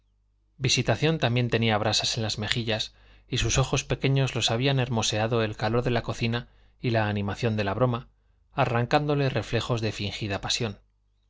visitación también tenía brasas en las mejillas y sus ojos pequeños los habían hermoseado el calor de la cocina y la animación de la broma arrancándoles reflejos de fingida pasión